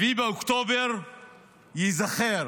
7 באוקטובר ייזכר